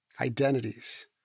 identities